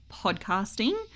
podcasting